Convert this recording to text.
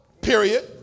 period